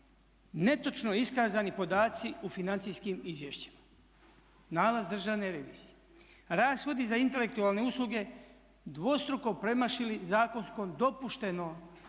netočno iskazani podaci u financijskim izvješćima, nalaz Državne revizije. Rashodi za intelektualne usluge dvostruko premašili zakonsko dopušteno